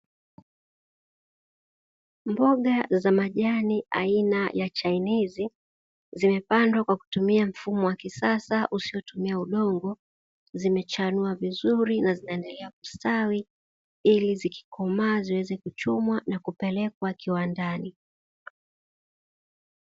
Mboga za majani aina ya chainizi zimepandwa kwa kutumia mfumo wa kisasa usiotumia udongo, zimechanua vizuri na zinaendelea kustawi ili zikikomaa ziweze kuchumwa na kupelekwa kiwandani.